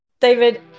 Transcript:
David